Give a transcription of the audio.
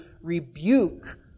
rebuke